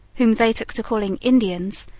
whom they took to calling indians,